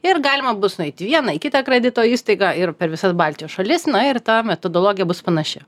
ir galima bus nueit į vieną į kitą kredito įstaigą ir per visas baltijos šalis na ir ta metodologija bus panaši